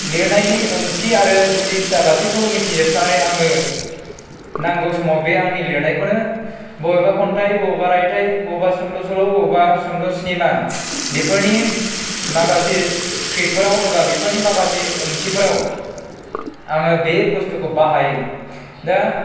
लिरनायनि ओंथि आरो गुदि खिथा गासैखौबो मिथि जोबखानाय आङो नांगौ समाव बे आंनि लेरनायखौनो बबेबा खन्थाइ बबेबा रायथाइ बबेबा सुंद' सल' बबेबा सुंद' सिनेमा बेफोरनि माखासे स्क्रिप्तफोराव एबा बेफोरनि माखासे ओंथिफोराव आङो बे बुस्थुखौ बाहायो दा